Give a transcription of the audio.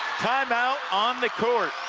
time-out on the court.